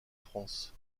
france